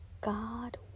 God